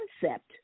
concept